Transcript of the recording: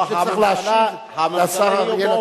מי שצריך להשיב זה השר אריאל אטיאס.